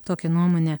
tokią nuomonę